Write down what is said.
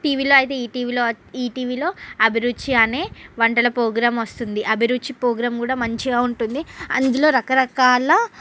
టీవీలో అయితే ఈటీవీలో అ ఈటీవీలో అభిరుచి అనే వంటల పోగ్రామ్ వస్తుంది అభిరుచి పోగ్రామ్ కూడా మంచిగా ఉంటుంది అందులో రకరకాల